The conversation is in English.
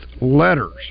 letters